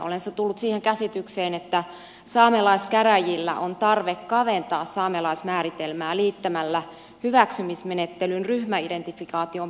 olen tullut siihen käsitykseen että saamelaiskäräjillä on tarve kaventaa saamelaismääritelmää liittämällä hyväksymismenettelyyn ryhmäidentifikaation periaate